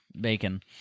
bacon